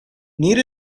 need